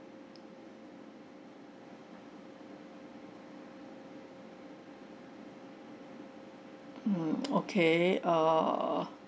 mm okay err